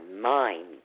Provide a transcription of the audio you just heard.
mind